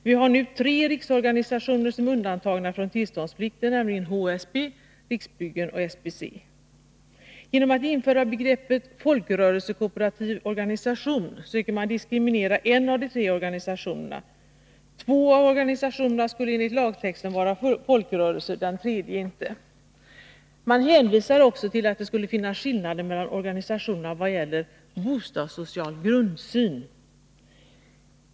Vi har nu tre riksorganisationer som är undantagna från tillståndsplikten, nämligen HSB, Riksbyggen och SBC. Genom att införa begreppet ”folkrörelsekooperativ riksorganisation” söker man diskriminera en av de tre organisationerna. Två av organisationerna skulle enligt lagtexten vara folkrörelser, den tredje inte. Man hänvisar också till att det skulle finnas en skillnad mellan organisationerna i vad gäller bostadssocial grundsyn.